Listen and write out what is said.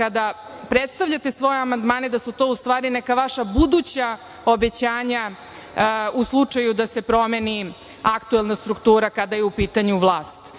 kada predstavljate svoje amandmane da su to u stvari neka vaša buduća obećanja u slučaju da se promeni aktuelna struktura kada je u pitanju vlast.